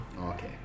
Okay